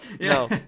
No